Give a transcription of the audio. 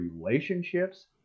relationships